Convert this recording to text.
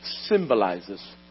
symbolizes